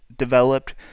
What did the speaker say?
developed